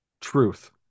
Truth